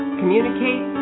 communicate